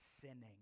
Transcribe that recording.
sinning